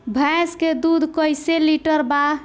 भैंस के दूध कईसे लीटर बा?